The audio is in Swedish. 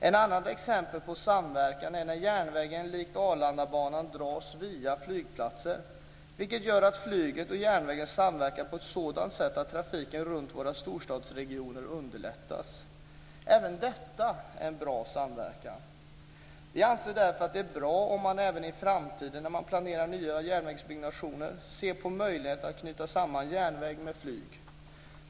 Ett annat exempel på samverkan är när järnvägen likt Arlandabanan dras via flygplatser, vilket gör att flyget och järnvägen samverkar på ett sådant sätt att trafiken runt våra storstadsregioner underlättas. Även detta är en bra samverkan. Vi anser därför att det är bra om man även i framtiden vid planering av nya järnvägsbyggnationer ser på möjligheten att knyta samman järnvägen med flyget.